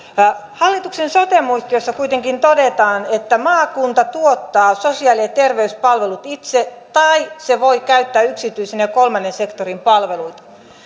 hallituksen sote muistiossa kuitenkin todetaan että maakunta tuottaa sosiaali ja terveyspalvelut itse tai se voi käyttää yksityisen ja kolmannen sektorin palveluita